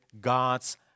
God's